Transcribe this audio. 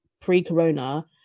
pre-corona